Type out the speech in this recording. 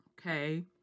Okay